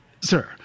sir